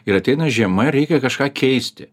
ir ateina žiema reikia kažką keisti